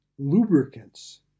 Lubricants